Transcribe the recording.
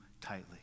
tightly